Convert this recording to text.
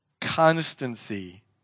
Constancy